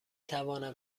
توانم